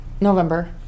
November